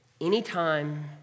anytime